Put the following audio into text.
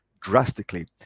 drastically